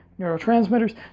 neurotransmitters